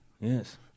Yes